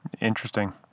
Interesting